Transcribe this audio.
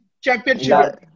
championship